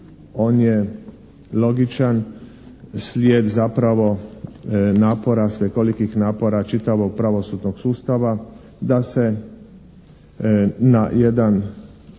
on je logičan slijed zapravo napora, svekolikih napora čitavog pravosudnog sustava da se na jedan